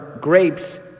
grapes